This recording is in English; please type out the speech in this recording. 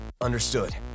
Understood